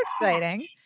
exciting